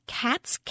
cats